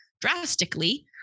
drastically